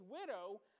widow